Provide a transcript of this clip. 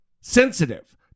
sensitive